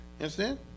understand